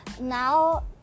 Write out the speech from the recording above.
now